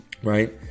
Right